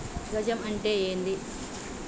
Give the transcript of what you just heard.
గజం అంటే ఏంది?